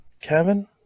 Kevin